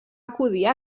acudir